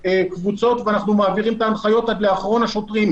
אנחנו קובעים מדיניות ואנחנו מפיצים אותן עד לאחרון השוטרים,